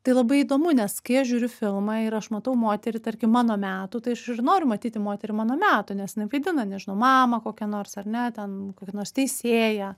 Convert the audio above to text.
tai labai įdomu nes kai aš žiūriu filmą ir aš matau moterį tarkim mano metų tai aš ir noriu matyti moterį mano metų nes jinai vaidina nežinau mamą kokią nors ar ne ten kokią nors teisėją